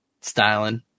Styling